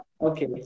Okay